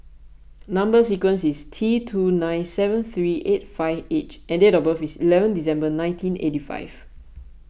Number Sequence is T two zero nine seven three eight five H and date of birth is eleven December nineteen eight five